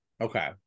Okay